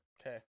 Okay